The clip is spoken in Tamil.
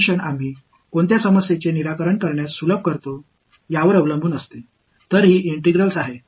அந்த சிக்கலைத் தீர்ப்பதை எளிதாக்குவதைப் பொறுத்து கொள்கைகளை பயன்படுத்துகிறோம்